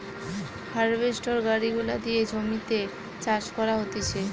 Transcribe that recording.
harvester গাড়ি গুলা দিয়ে জমিতে চাষ করা হতিছে